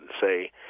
say